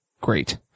great